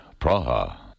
Praha